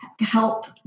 help